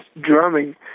drumming